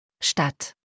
Stadt